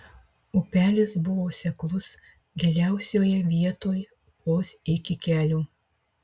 upelis buvo seklus giliausioje vietoj vos iki kelių